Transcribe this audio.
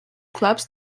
clubs